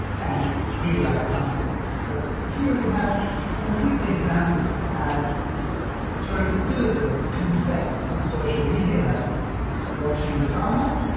and real life consequences, but here we have concrete examples. as turkish citizens confess on social media that watching the drama,